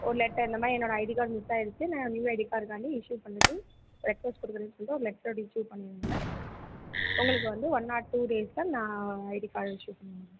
ஒரு லெட்டர் இந்த மாதிரி என்னோட ஐடி கார்டு மிஸ் ஆயிடுச்சு நா நியூ ஐடி கார்டுக்கான்டி இஸ்யூ பண்ணிருக்கேன் ரெக்வொஸ்ட் கொடுக்கறதுக்குனு சொல்லிட்டு ஒரு லெட்டர் இஸ்யூ பண்ணிடுங்கள் உங்களுக்கு வந்து ஒன் ஆர் டூ டேஸ்ல நான் ஐடி கார்டு இஸ்யூ பண்ணிடுவேன்